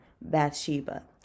Bathsheba